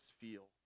feel